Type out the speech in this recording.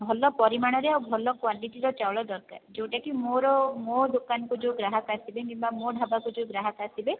ଭଲ ପରିମାଣରେ ଆଉ ଭଲ କ୍ୱାଲିଟିର ଚାଉଳ ଦରକାର ଯେଉଁଟାକି ମୋର ମୋ ଦୋକାନକୁ ଯେଉଁ ଗ୍ରାହାକ ଆସିବେ କିମ୍ବା ମୋ ଢାବାକୁ ଯେଉଁ ଗ୍ରାହାକ ଆସିବେ